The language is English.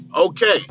Okay